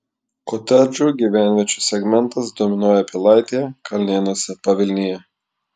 kotedžų gyvenviečių segmentas dominuoja pilaitėje kalnėnuose pavilnyje